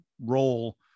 role